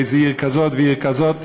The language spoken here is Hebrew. איזה עיר כזאת ועיר כזאת,